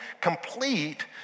complete